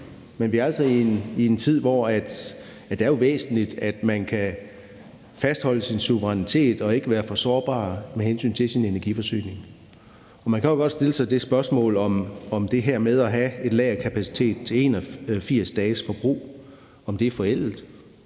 Men vi er altså i en tid, hvor det jo er væsentligt, at man kan fastholde sin suverænitet og ikke er for sårbar med hensyn til sin energiforsyning. Man kan jo godt stille sig selv det spørgsmål, om det her med at have lagerkapacitet til 81 dages forbrug er forældet.